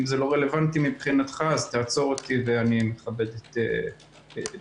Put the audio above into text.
אם זה לא רלבנטי מבחינתך אז תעצור אותי ואני אכבד את דעתך,